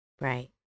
Right